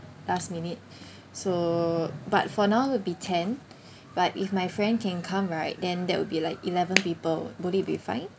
last minute so but for now will be ten but if my friend can come right then that would be like eleven people would it be fine